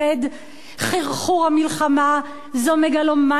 חרחור המלחמה הוא מגלומניה ישראלית.